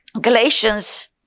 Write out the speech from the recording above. Galatians